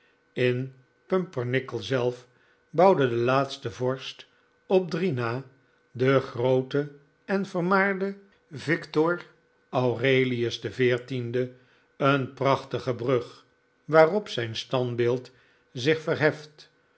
in pumpernickel zelf bouwde de laatste vorst op drie na de groote en vermaarde victor aurelius xiv een prachtige brug waarop zijn standbeeld zich verheft